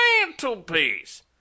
mantelpiece